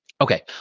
Okay